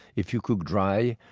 if you cook dry,